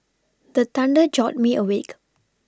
the thunder jolt me awake